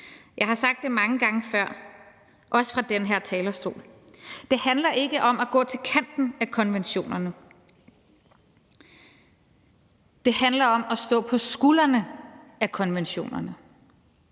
Jeg har sagt det mange gange før, også fra den her talerstol: Det handler ikke om at gå til kanten af konventionerne; det handler om at stå på skuldrene af konventionerne.